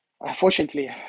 unfortunately